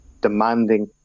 demanding